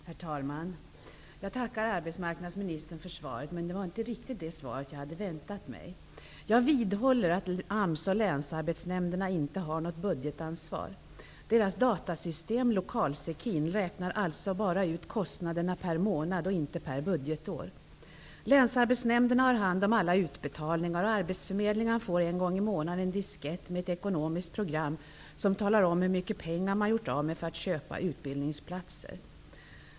Herr talman! Jag tackar arbetsmarknadsministern för svaret, men det var inte riktigt det svar jag hade väntat mig. Jag vidhåller att AMS och länsarbetsnämnderna inte har något budgetansvar. Deras datasystem, Lokalsekin, räknar alltså bara ut kostnaderna per månad och inte per budgetår. Länsarbetsnämnderna har hand om alla utbetalningar, och arbetsförmedlingarna får en gång i månaden en diskett med ett ekonomiskt program som talar om hur mycket pengar de har gjort av med för att köpa utbildningsplatser.